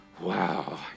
wow